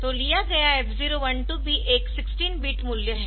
तो लिया गया F012 भी एक 16 बिट मूल्य है